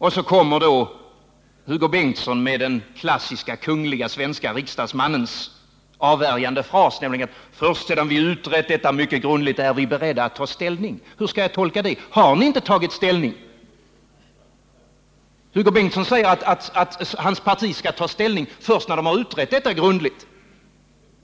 Och så kommer då Hugo Bengtsson med den klassiska kungliga svenska riksdagsmannens avvärjande fras: Först sedan vi utrett detta mycket grundligt är vi beredda att ta ställning. Hur skall jag tolka det? Har ni inte tagit ställning? Hugo Bengtsson säger att hans parti skall ta ställning först när detta utretts grundligt.